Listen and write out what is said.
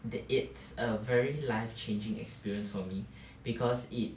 that it's a very life changing experience for me because it